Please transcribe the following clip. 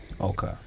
Okay